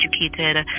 educated